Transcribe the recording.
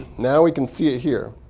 now we can see it here.